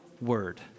word